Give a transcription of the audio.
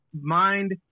mind